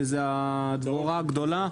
שזה הדבורה הגדולה.